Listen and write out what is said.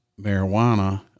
marijuana